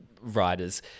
writer's